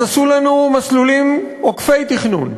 אז עשו לנו מסלולים עוקפי תכנון,